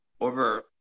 Over